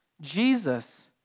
Jesus